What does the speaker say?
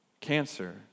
cancer